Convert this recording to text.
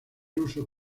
uso